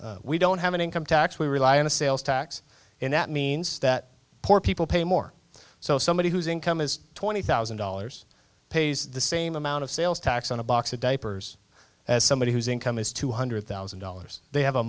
structure we don't have an income tax we rely on a sales tax and that means that poor people pay more so somebody whose income is twenty thousand dollars pays the same amount of sales tax on a box of diapers as somebody whose income is two hundred thousand dollars they have a